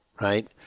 right